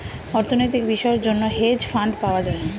অর্থনৈতিক বিষয়ের জন্য হেজ ফান্ড পাওয়া যায়